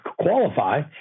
qualify